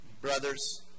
brothers